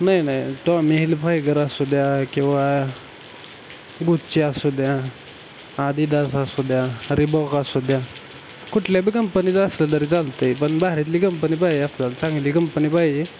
नाही नाही Tommy Hilfiger असू द्या किंवा गुच्ची असू द्या आदिदास असू द्या रिबॉक असू द्या कुठल्याबी कंपनीचं असलं तरी चालत आहे पण भारीतली कंपनी पाहिजे आपल्याला चांगली कंपनी पाहिजे